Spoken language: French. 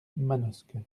manosque